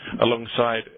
alongside